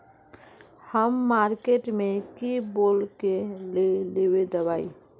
हम मार्किट में की बोल के लेबे दवाई?